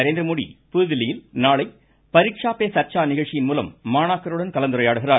நரேந்திரமோடி புதுதில்லியில் நாளை பரிக்ஷா பே சர்ச்சா நிகழ்ச்சியின் மூலம் மாணாக்கருடன் கலந்துரையாடுகிறார்